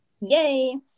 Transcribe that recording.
yay